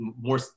more